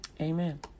Amen